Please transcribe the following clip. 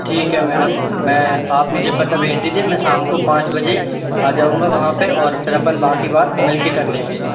ठीक है मैडम मैं आप मुझे पता भेज दीजिए मैं शाम को पाँच बजे आ जाऊँगा वहाँ पे और फिर अपन बाकी बात मिल के कर लेंगे